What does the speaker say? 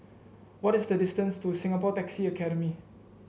what is the distance to Singapore Taxi Academy